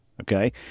Okay